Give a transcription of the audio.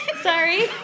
Sorry